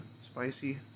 spicy